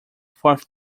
fourth